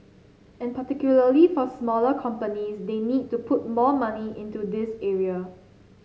and particularly for smaller companies they need to put more money into this area